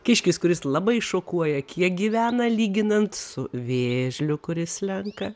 kiškis kuris labai šokuoja kiek gyvena lyginant su vėžliu kuris slenka